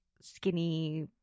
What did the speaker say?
skinny